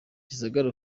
gisagara